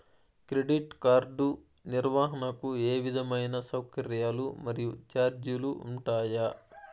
Credit card నిర్వహణకు ఏ విధమైన సౌకర్యాలు మరియు చార్జీలు ఉంటాయా?